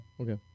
Okay